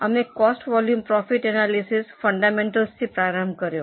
અમે cost volume profit analysis ફંડામેન્ટલ્સથી પ્રારંભ કર્યો